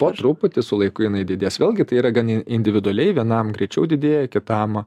po truputį su laiku jinai didės vėlgi tai yra gan individualiai vienam greičiau didėja kitam